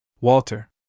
Walter